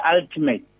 ultimate